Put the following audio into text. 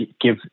give